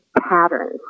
patterns